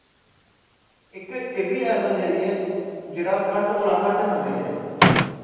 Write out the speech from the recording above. इक एह् बी ऐसा जरिया जेह्ड़ा घट्ट कोला घट्ट समें च